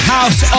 House